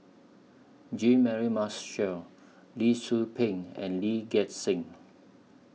Jean Mary Marshall Lee Tzu Pheng and Lee Gek Seng